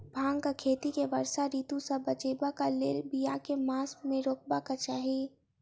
भांगक खेती केँ वर्षा ऋतु सऽ बचेबाक कऽ लेल, बिया केँ मास मे रोपबाक चाहि?